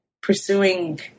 pursuing